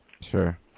Sure